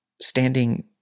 standing